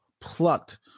plucked